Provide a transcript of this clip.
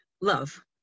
love